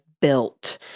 built